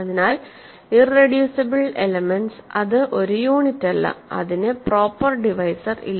അതിനാൽഇറെഡ്യൂസിബിൾ elements അത് ഒരു യൂണിറ്റല്ല അതിന് പ്രോപ്പർ ഡിവൈസർ ഇല്ല